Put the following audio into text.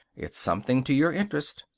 it's something to your interest.